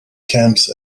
camps